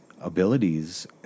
abilities